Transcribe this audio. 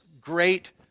great